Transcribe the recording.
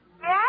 Yes